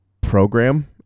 program